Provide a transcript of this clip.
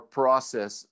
process